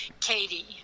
Katie